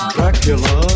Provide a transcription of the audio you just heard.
Dracula